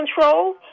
control